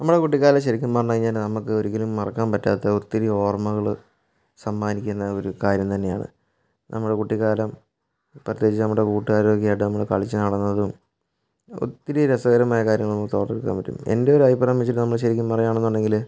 നമ്മുടെ കുട്ടിക്കാലം ശരിക്കും പറഞ്ഞു കഴിഞ്ഞാൽ നമുക്ക് ഒരിക്കലും മറക്കാൻ പറ്റാത്ത ഒത്തിരി ഓർമ്മകൾ സമ്മാനിക്കുന്ന ഒരു കാര്യം തന്നെയാണ് നമ്മുടെ കുട്ടിക്കാലം പ്രത്യേകിച്ച് നമ്മുടെ കൂട്ടുകാരൊക്കെ ആയിട്ട് നമ്മൾ കളിച്ചു നടന്നതും ഒത്തിരി രസകരമായ കാര്യങ്ങൾ നമുക്ക് ഓർത്തെടുക്കാൻ പറ്റും എൻ്റെ ഒരഭിപ്രായം വെച്ചിട്ട് നമ്മൾ ശരിക്കും പറയുകയാണെന്നുണ്ടെങ്കിൽ